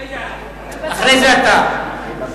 אחרי זה אתה.